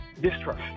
distrust